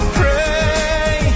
pray